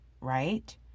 right